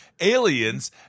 aliens